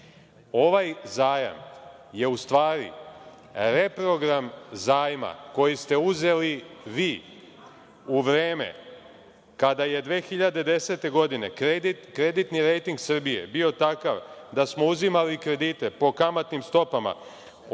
zajam je u stvari reprogram zajma koji ste uzeli vi u vreme kada je 2010. godine kreditni rejting Srbije bio takav da smo uzimali kredite po kamatnim stopama od